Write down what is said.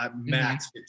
max